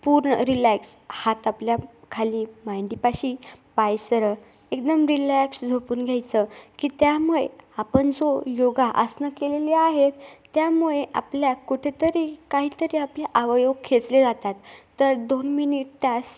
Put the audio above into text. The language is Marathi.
पूर्ण रिलॅक्स हात आपल्या खाली मांडीपाशी पाय सरळ एकदम रिलॅक्स झोपून घ्यायचं की त्यामुळे आपण जो योगा आसनं केलेली आहेत त्यामुळे आपल्या कुठेतरी काहीतरी आपले आवयव खेचले जातात तर दोन मिनिट त्या